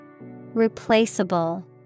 Replaceable